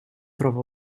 trova